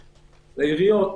לעיריות.